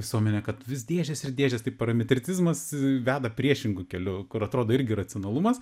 visuomenė kad vis dėžės ir dėžės tai parametritizmas veda priešingu keliu kur atrodo irgi racionalumas